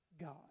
God